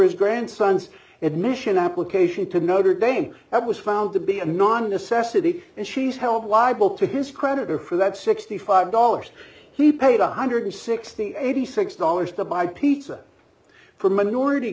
his grandson's admission application to notre dame that was found to be a non necessity and she's helped libel to his credit or for that sixty five dollars he paid one hundred sixty eighty six dollars to buy pizza for minority